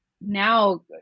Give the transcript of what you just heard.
now